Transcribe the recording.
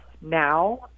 now